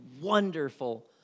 wonderful